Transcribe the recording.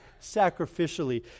sacrificially